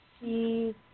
see